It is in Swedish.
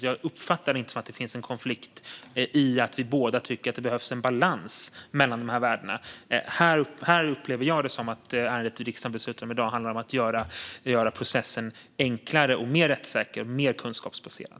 Jag uppfattar inte att det finns en konflikt i att vi båda tycker att det behövs en balans mellan dessa värden. Jag upplever det som att ärendet i riksdagen i dag dessutom handlar om att göra processen enklare, mer rättssäker och mer kunskapsbaserad.